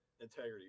integrity